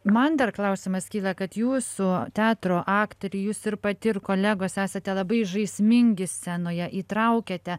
man dar klausimas kyla kad jūsų teatro aktoriai jūs ir pati ir kolegos esate labai žaismingi scenoje įtraukiate